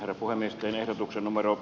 är voimisteli ehdotuksen numero